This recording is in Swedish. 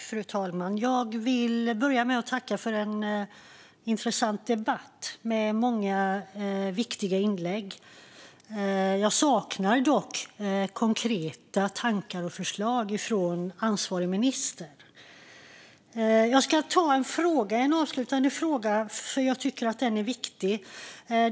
Fru talman! Jag vill börja med att tacka för en intressant debatt med många viktiga inlägg. Jag saknar dock konkreta tankar och förslag från ansvarig minister. Jag ska ta upp en avslutande fråga, eftersom den är viktig.